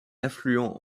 affluent